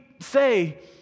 say